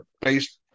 based